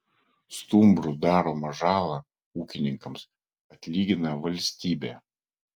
stumbrų daromą žalą ūkininkams atlygina valstybė